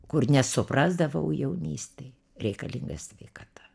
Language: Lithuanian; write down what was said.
kur nesuprasdavau jaunystėj reikalinga sveikata